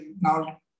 now